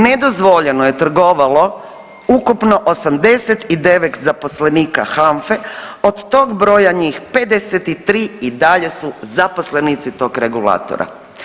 Nedozvoljeno je trgovalo ukupno 89 zaposlenika HANFA-e, od tog broja njih 53 i dalje su zaposlenici tog regulatora.